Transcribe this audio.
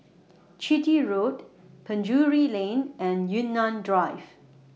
Chitty Road Penjuru Lane and Yunnan Drive